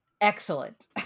Excellent